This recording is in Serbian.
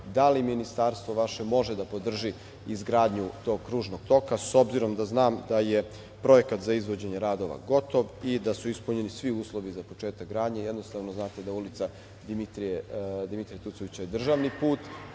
da li ministarstvo vaše može da podrži izgradnju tog kružnog toga obzirom da znam da je projekat za izvođenje radova gotov i da su ispunjeni svi uslovi za početak gradnje. Jednostavno, znate da je Ulica Dimitrija Tucovića državni put,